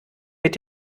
mit